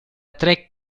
tre